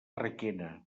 requena